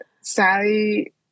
Sally